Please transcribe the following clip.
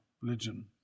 religion